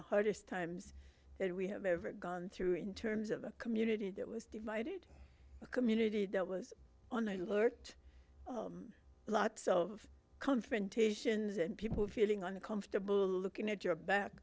the hardest times that we have ever gone through in terms of a community that was divided a community that was on alert lots of confrontations and people feeling uncomfortable looking at your back